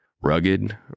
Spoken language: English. Rugged